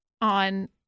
on